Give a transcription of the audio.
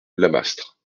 lamastre